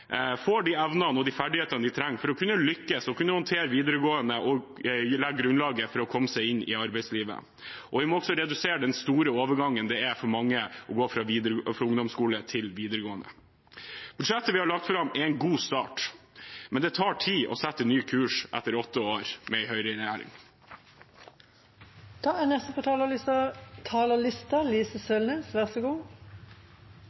får de evnene og ferdighetene de trenger for å kunne lykkes, håndtere videregående og legge grunnlaget for å komme seg inn i arbeidslivet. Vi må også redusere den store overgangen det er for mange å gå fra ungdomsskole til videregående skole. Budsjettet vi har lagt fram, er en god start, men det tar tid å sette ny kurs etter åtte år med